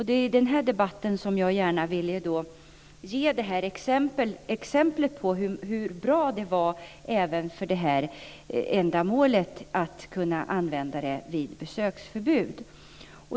Det var i denna debatt som jag gärna ville ge ett exempel på hur bra det var även för det här ändamålet, att kunna användas vid besöksförbud.